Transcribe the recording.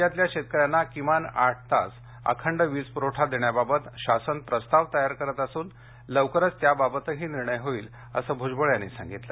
राज्यातल्या शेतकऱ्यांना किमान आठ तास अखंड वीज पुरवठा देण्याबाबत शासन प्रस्ताव तयार करत असून लवकरच त्याबाबतही निर्णय होईल अस भूजबळ यांनी सांगितलं